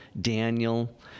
Daniel